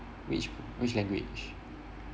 which which language